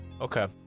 Okay